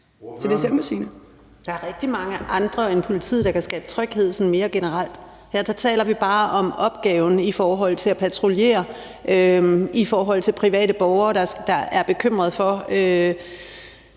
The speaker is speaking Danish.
Der er rigtig mange andre end politiet, der kan skabe tryghed sådan mere generelt. Her taler vi bare om opgaven at patruljere i forhold til private borgere, der er bekymrede for,